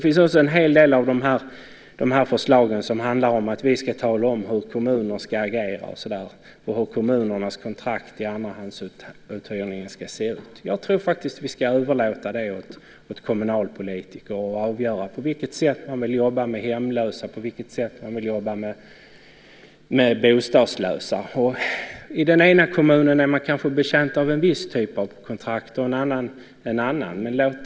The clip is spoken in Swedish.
En hel del av dessa förslag handlar också om att vi ska tala om hur kommunerna ska agera och hur kommunernas andrahandskontrakt ska se ut. Jag tycker att vi ska överlåta till kommunalpolitiker att avgöra hur de vill jobba med hemlösa och med bostadslösa. I den ena kommunen är man kanske betjänt av en viss typ av kontrakt, och i den andra kommunen är man betjänt av en annan typ.